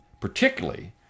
Particularly